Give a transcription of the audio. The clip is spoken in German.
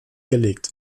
gelegt